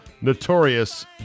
Notorious